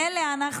מילא אנחנו,